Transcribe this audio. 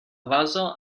vazo